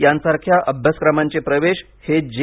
यांसारख्या अभ्यासक्रमांचे प्रवेश हे जे